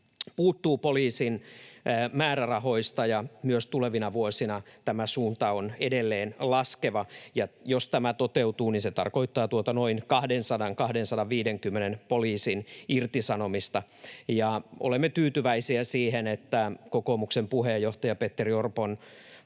puuttuu poliisin määrärahoista, ja myös tulevina vuosina tämä suunta on edelleen laskeva. Jos tämä toteutuu, niin se tarkoittaa tuota noin 200—250 poliisin irtisanomista. Olemme tyytyväisiä siihen, että kokoomuksen puheenjohtaja Petteri Orpon,